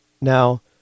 Now